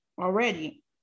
already